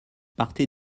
partez